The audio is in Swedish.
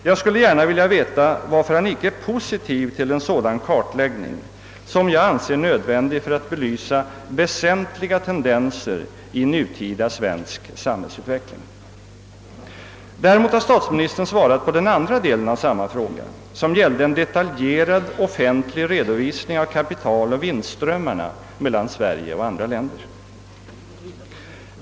Jag skulle gärna vilja veta varför han icke är positiv till en sådan kartläggning, som jag anser vara nödvändig för att belysa väsentliga tendenser i nutida svensk samhällsutveckling. Däremot har statsministern svarat på den andra delen av samma fråga, som gällde en detaljerad offentlig redovisning av kapitaloch vinstströmmarna mellan Sverige och andra länder.